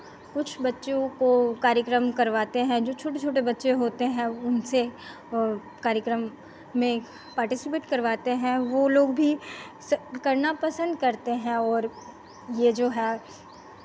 कुछ बच्चों को कार्यक्रम करवाते हैं जो छोटे छोटे बच्चे होते हैं उनसे कार्यक्रम में पार्टिसिपेट करवाते हैं वो लोग भी करना पसंद करते हैं और ये जो है